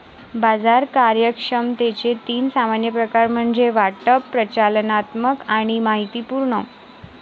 बाजार कार्यक्षमतेचे तीन सामान्य प्रकार म्हणजे वाटप, प्रचालनात्मक आणि माहितीपूर्ण